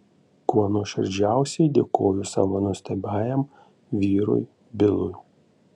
kuo nuoširdžiausiai dėkoju savo nuostabiajam vyrui bilui